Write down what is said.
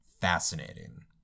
fascinating